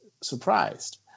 surprised